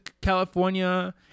California